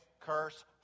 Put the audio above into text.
curse